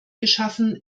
geschaffen